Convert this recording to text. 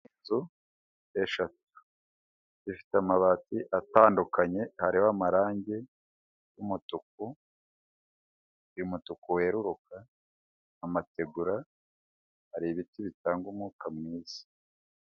Inzu eshatu zifite amabati atandukanye hariho amarange y'umutuku, umutuku wereruka, amategura hari ibiti bitanga umwuka mwiza.